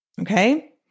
okay